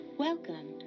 Welcome